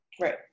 Right